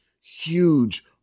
huge